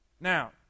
Now